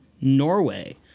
Norway